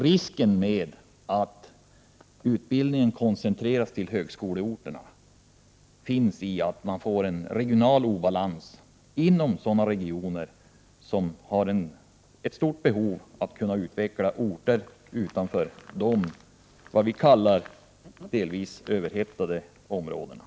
Risken med att utbildningen koncentreras till högskoleorterna ligger i att man får en regional obalans inom sådana regioner som har ett stort behov av att kunna utveckla orter utanför de delvis överhettade områdena.